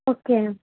okay